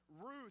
Ruth